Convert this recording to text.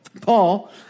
Paul